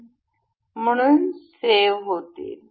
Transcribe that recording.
asm म्हणून save होतील